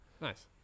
Nice